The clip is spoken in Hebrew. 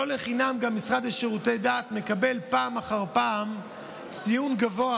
לא לחינם המשרד לשירותי דת מקבל פעם אחר פעם ציון גבוה